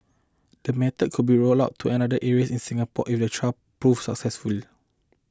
the method could be rolled out to another area in Singapore if the trial proves successful